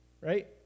Right